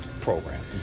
program